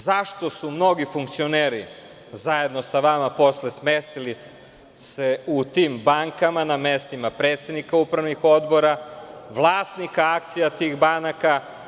Zašto su mnogi funkcioneri zajedno sa vama posle smestili se u tim bankama na mestima predsednika upravnih odbora, vlasnika akcija tih banaka?